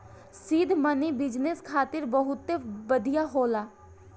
seed money business खातिर बहुते बढ़िया होला